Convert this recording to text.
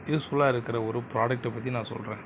யூஸ்ஃபுல்லாக இருக்கிற ஒரு ப்ராடக்ட்டை பற்றி நான் சொல்கிறேன்